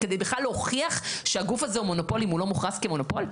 כדי בכלל להוכיח שהגוף הזה הוא מונופול אם הוא לא מוכרז כמונופול?